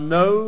no